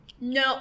No